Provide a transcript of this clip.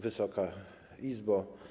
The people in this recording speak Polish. Wysoka Izbo!